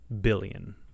billion